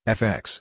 fx